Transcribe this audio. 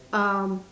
um